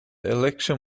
election